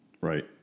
right